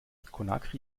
conakry